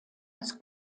als